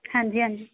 ਹਾਂਜੀ ਹਾਂਜੀ